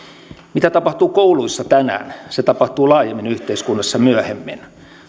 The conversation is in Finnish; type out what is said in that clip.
mitä tapahtuu kouluissa tänään se tapahtuu laajemmin yhteiskunnassa myöhemmin